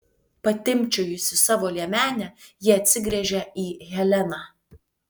patimpčiojusi savo liemenę ji atsigręžia į heleną